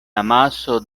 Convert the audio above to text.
amaso